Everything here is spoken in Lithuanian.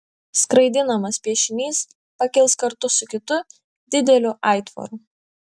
skraidinamas piešinys pakils kartu su kitu dideliu aitvaru